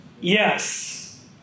yes